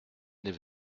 n’est